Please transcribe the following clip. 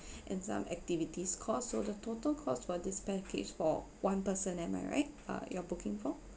and some activities cost so the total cost for this package for one person am I right uh you're booking for